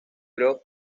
grove